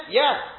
yes